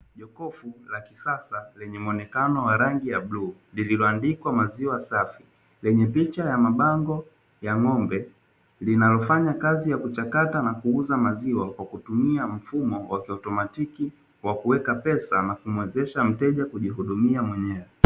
Jokofu la kisasa lenye muonekano wa rangi ya bluu lililoandikwa "Maziwa Safi" lenye picha ya mabango ya ng'ombe, linalofanya ya kuchakata na kuuza maziwa kwa kutumia mfumo wa kiutomatiki wa kuweka pesa na kumuwezesha mteja kujihudumia mwenyewe.